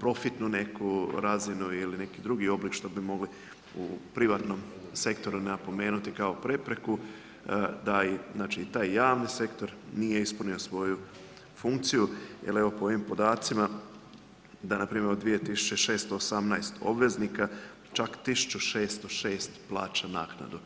profitnu neku razinu ili neki drugi oblik što bi mogli u privatnom sektoru napomenuti kao prepreku, da znači i javni sektor nije ispunio svoj u funkciju jer evo po ovim podacima da npr. od 2618 obveznika čak 1606 plaća naknadu.